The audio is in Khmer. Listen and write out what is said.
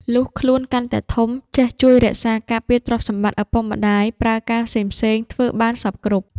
លុះខ្លួន កាន់តែធំ ចេះជួយរក្សាការពារទ្រព្យសម្បត្ដិ ឪពុកម្ដាយ ប្រើការផ្សេងៗធ្វើបានសព្វគ្រប់។